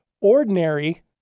ordinary